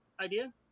idea